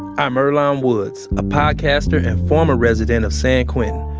i'm earlonne woods, a podcaster and former resident of san quentin.